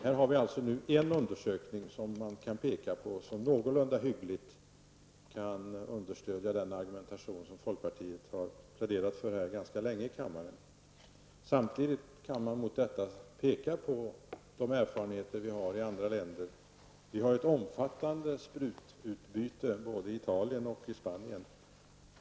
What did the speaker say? Här har vi en undersökning som någorlunda hyggligt kan understödja den argumentation som folkpartiet har pläderat för ganska länge i kammaren. Samtidigt kan man mot detta sätta de erfarenheter som erhållits i andra länder. Det finns ett omfattande sprututbyte både i Italien och i Spanien.